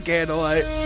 Candlelight